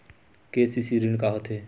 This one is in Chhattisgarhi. के.सी.सी ऋण का होथे?